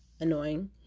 annoying